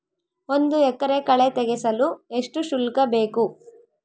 ಒಂದು ಎಕರೆ ಕಳೆ ತೆಗೆಸಲು ಎಷ್ಟು ಶುಲ್ಕ ಬೇಕು?